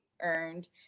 earned